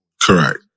Correct